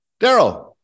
Daryl